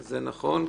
זה נכון.